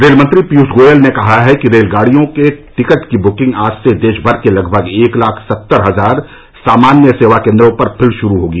rail मंत्री पीयूष गोयल ने कहा है कि रेलगाड़ी के टिकटों की बुकिंग आज से देश भर के लगभग एक लाख सत्तर हजार सामान्य सेवा केंद्रों पर फिर शुरू होगी